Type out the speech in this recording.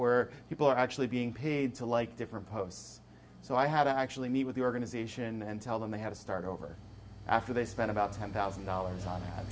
were people actually being paid to like different posts so i had to actually meet with the organization and tell them they have to start over after they spent about ten thousand dollars on